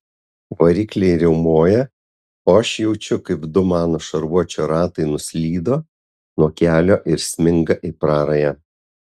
varikliai riaumoja o aš jaučiu kaip du mano šarvuočio ratai nuslydo nuo kelio ir sminga į prarają